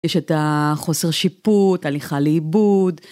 יש את החוסר שיפוט, הליכה לאיבוד.